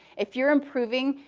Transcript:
if you're improving,